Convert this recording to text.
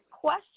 Question